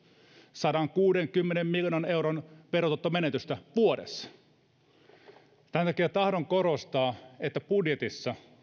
sadankuudenkymmenen miljoonan euron verotuottomenetystä vuodessa tämän takia tahdon korostaa että budjetissa